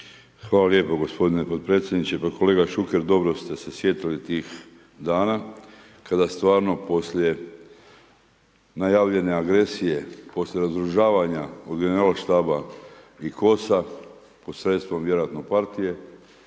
Hvala lijepo gospodine potpredsjedniče. Kolega Šuker dobro ste se sjetili tih dana, kada stvarno poslije najavljene agresije, poslije razoružavanja od generalštaba i KOS-a posredstvom vjerojatno partije,